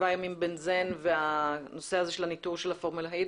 בנזן והנושא הזה של הניטור של הפורמלדהיד